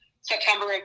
September